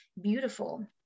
beautiful